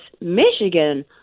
Michigan